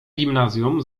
gimnazjum